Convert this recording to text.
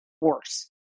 worse